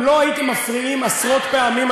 אם לא הייתם מפריעים עשרות פעמים,